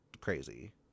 crazy